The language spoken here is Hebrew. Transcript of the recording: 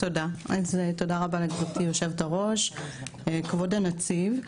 תודה רבה לגבירתי יושבת-הראש, כבוד הנציב,